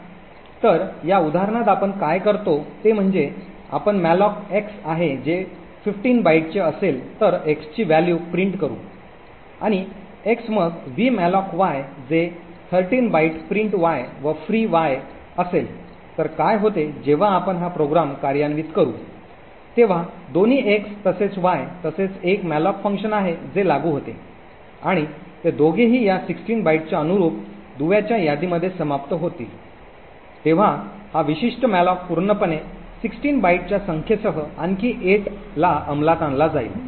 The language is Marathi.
तर या उदाहरणात आपण काय करतो ते म्हणजे आपण मॅलोक एक्स आहे जे 15 बाइटचे असेल तर x ची व्हॅल्यू प्रिंट करू आणि एक्स मग v malloc y जे 13 बाइट प्रिंट वाय व फ्री वाय असेल तर काय होते जेव्हा आपण हा प्रोग्राम कार्यान्वित करू तेव्हा दोन्ही एक्स तसेच वाय तसेच एक मॅलोक फंक्शन आहे जे लागू होते आणि ते दोघेही या 16 बाइटच्या अनुरुप दुव्याच्या यादीमध्ये समाप्त होतील तेव्हा हा विशिष्ट मॅलोक पूर्णपणे 16 बाइटच्या संख्येसह आणखी 8 ला अंमलात आणला जाईल